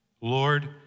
Lord